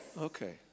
Okay